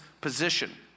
position